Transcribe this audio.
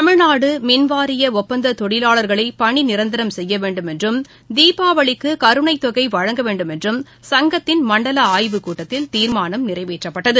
தமிழ்நாடுமின்வாரியஆப்பந்தொழிலாளர்களைபணிநிரந்தரம் செய்யவேண்டும் என்றம் தீபாவளிக்குகருணைத்தொகைவழங்கவேண்டும் என்றும் சங்கத்தின் மண்டலஆய்வுக்கூட்டத்தில் தீர்மானம் நிறைவேற்றப்பட்டது